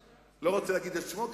אני לא רוצה להגיד את שמו,